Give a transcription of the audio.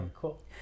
cool